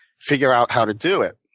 figure out how to do it.